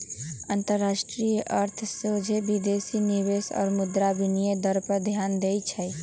अंतरराष्ट्रीय अर्थ सोझे विदेशी निवेश आऽ मुद्रा विनिमय दर पर ध्यान देइ छै